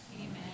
Amen